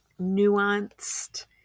nuanced